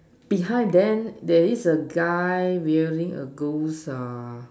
behind them there is a guy using a ghost uh